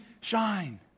shine